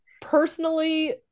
personally